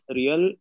real